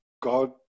God